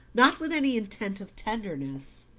not with any intent of tenderness,